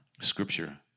Scripture